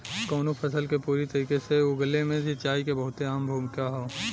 कउनो फसल के पूरी तरीके से उगले मे सिंचाई के बहुते अहम भूमिका हौ